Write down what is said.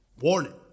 Warning